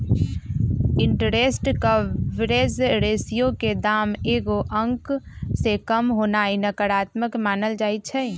interest coverage ratio के दाम एगो अंक से काम होनाइ नकारात्मक मानल जाइ छइ